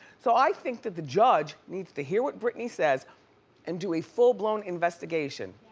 so i think that the judge needs to hear what britney says and do a full blown investigation.